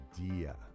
idea